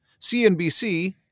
CNBC